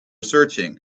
searching